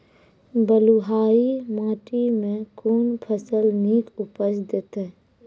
बलूआही माटि मे कून फसल नीक उपज देतै?